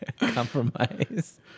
compromise